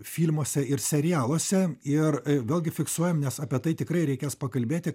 filmuose ir serialuose ir vėlgi fiksuojam nes apie tai tikrai reikės pakalbėti